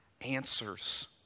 answers